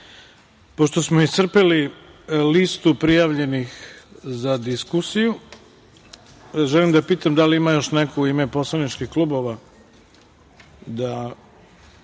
smo iscrpeli listu prijavljenih za diskusiju, želim da pitam – da li ima još neko u ime poslaničkih klubova da